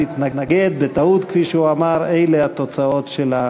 יש מתנגד אחד, אין נמנעים.